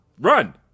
run